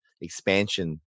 expansion